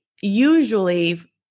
Usually